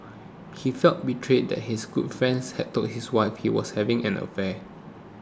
he felt betrayed that his good friends had told his wife he was having an affair